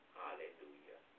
hallelujah